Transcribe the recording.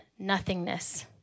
nothingness